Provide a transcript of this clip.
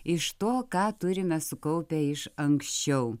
iš to ką turime sukaupę iš anksčiau